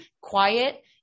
quiet